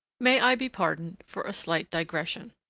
may i be pardoned for a slight digression.